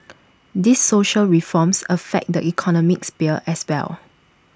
these social reforms affect the economic sphere as well